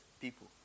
people